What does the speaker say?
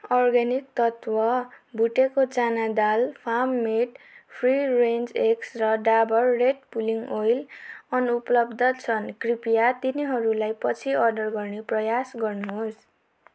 organic तत्त्व भुटेको चाना दाल farm made free range eggs र डाबर रेड पुलिङ ओइल अनुपलब्ध छन् कृपया तिनीहरूलाई पछि अर्डर गर्ने प्रयास गर्नुहोस्